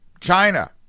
China